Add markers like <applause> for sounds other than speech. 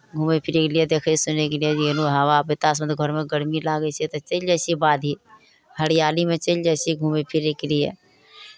घूमय फिरयके लिए देखय सुनयके लिए गेलहुँ <unintelligible> हवा घरमे गरमी लागै छै तऽ चलि जाइ छियै बाधे हरियालीमे चलि जाइ छियै घूमय फिरयके लिए